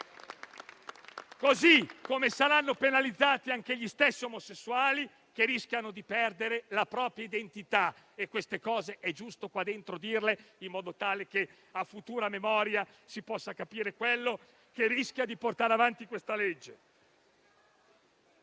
Così come saranno penalizzati anche gli stessi omosessuali, che rischiano di perdere la propria identità. È giusto dire queste cose in questa sede, in modo tale che, a futura memoria, si possa capire ciò che rischia di portare avanti questo disegno